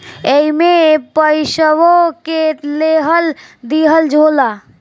एईमे पइसवो के लेहल दीहल होला